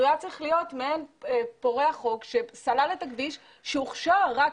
היה צריך להיות מעין פורע חוק שסלל את הכביש שהוכשר רק